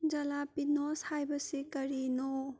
jalapeños ꯍꯥꯏꯕꯁꯤ ꯀꯔꯤꯅꯣ